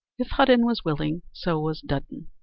if hudden was willing, so was dudden.